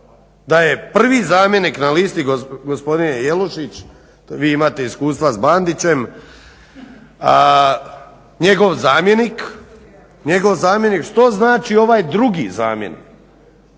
da je prvi zamjenik na listi gospodine Jelušić, vi imate iskustva s Bandićem, njegov zamjenik što znači ovaj drugi zamjenik.